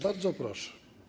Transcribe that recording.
Bardzo proszę.